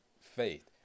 faith